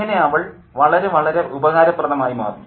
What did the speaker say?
അങ്ങനെ അവൾ വളരെ വളരെ ഉപകാരപ്രദമായി മാറുന്നു